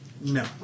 No